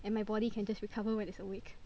and my body can just recover when it's awake